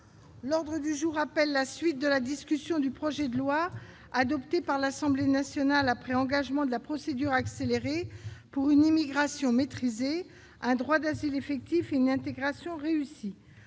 L'ordre du jour appelle la suite de la discussion du projet de loi, adopté par l'Assemblée nationale après engagement de la procédure accélérée, pour une immigration maîtrisée, un droit d'asile effectif et une intégration réussie